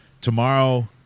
tomorrow